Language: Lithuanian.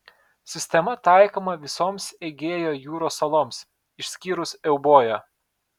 sistema taikoma visoms egėjo jūros saloms išskyrus euboją